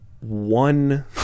one